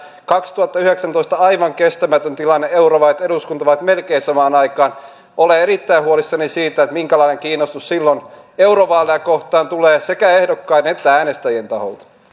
vuonna kaksituhattayhdeksäntoista on aivan kestämätön tilanne eurovaalit ja eduskuntavaalit melkein samaan aikaan olen erittäin huolissani siitä minkälainen kiinnostus silloin eurovaaleja kohtaan tulee sekä ehdokkaiden että äänestäjien taholta